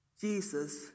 Jesus